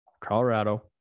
Colorado